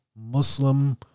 Muslim